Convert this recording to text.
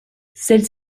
celles